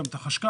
גם את החשכ"ל.